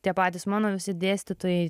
tie patys mano visi dėstytojai